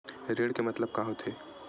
ऋण के मतलब का होथे?